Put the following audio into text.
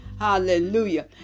Hallelujah